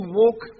walk